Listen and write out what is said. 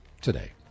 today